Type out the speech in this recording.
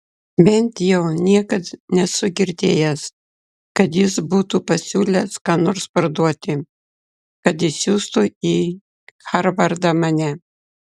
bent jau niekad nesu girdėjęs kad jis būtų pasiūlęs ką nors parduoti kad išsiųstų į harvardą mane